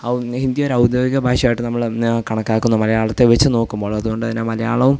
ഔ ഹിന്ദി ഒര് ഔദ്യോഗിക ഭാഷയായിട്ട് നമ്മള് കണക്കാക്കുന്നു മലയാളത്തെ വെച്ച് നോക്കുമ്പോൾ അത്കൊണ്ട്തന്നെ മലയാളവും